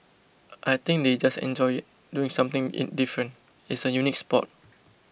I think they just enjoy doing something it different it's a unique sport